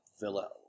Villa